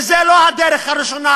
וזו לא הפעם הראשונה.